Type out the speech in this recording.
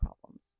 problems